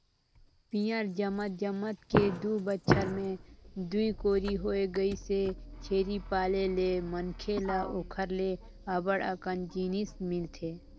पियंर जमत जमत के दू बच्छर में दूई कोरी होय गइसे, छेरी पाले ले मनखे ल ओखर ले अब्ब्ड़ अकन जिनिस मिलथे